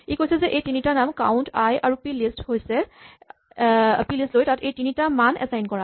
ই কৈছে যে এই তিনিটা নাম কাউন্ট আই আৰু পিলিষ্ট লৈ তাত এই তিনিটা মান এচাইন কৰা